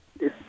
Yes